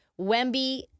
Wemby